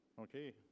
okay